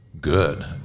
good